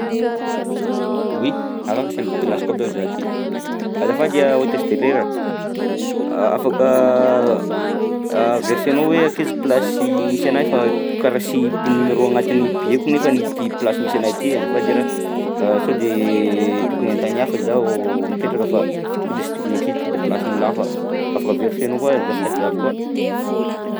Oy! Sy am'plasiko aby zaho ty. Azafady a hôtesse de l'air! Afaka verifienao hoe akaiza plasy misy anahy karaha sy p- numéro agnatin'ny billet-ko nefany ity plasy misy anahy ity azafady araha. Sao de tokony an-tany hafa zaho mipetraka fa sao de sy tokony aketo sao de plasin'olona. Afaka verifienao koa azafady zahavo koa.